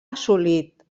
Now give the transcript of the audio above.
assolit